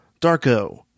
Darko